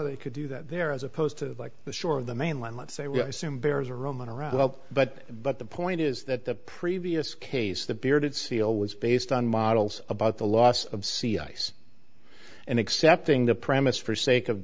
they could do that there as opposed to like the shore of the mainland let's say we assume bears are roaming around well but but the point is that the previous case the bearded seal was based on models about the loss of sea ice and accepting the premise for sake of